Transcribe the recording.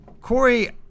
Corey